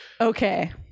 Okay